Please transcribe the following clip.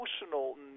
emotional